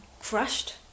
crushed